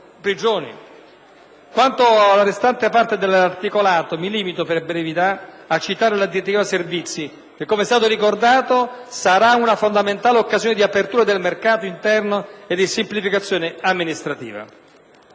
prigioni. Quanto alla restante parte dell'articolato, mi limito per brevità a citare la direttiva servizi che, come è stato ricordato, sarà una fondamentale occasione di apertura del mercato interno e di semplificazione amministrativa.